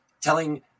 telling